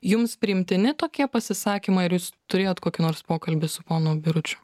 jums priimtini tokie pasisakymai ar jūs turėjot kokį nors pokalbį su ponu biručiu